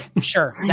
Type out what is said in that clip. sure